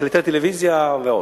מקלטי טלוויזיה ועוד.